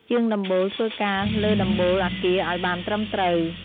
ជាងដំបូលធ្វើការលើដំបូលអគារឱ្យបានត្រឹមត្រូវ។